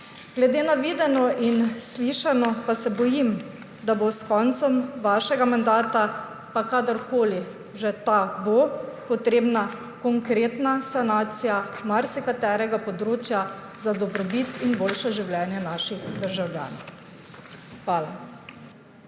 Glede na videno in slišano pa se bojim, da bo s koncem vašega mandata, pa kadarkoli že ta bo, potrebna konkretna sanacija marsikaterega področja za dobrobit in boljše življenje naših državljanov. Hvala.